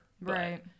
Right